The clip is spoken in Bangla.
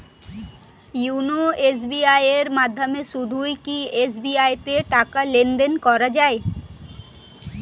ইওনো এস.বি.আই এর মাধ্যমে শুধুই কি এস.বি.আই তে টাকা লেনদেন করা যায়?